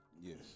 Yes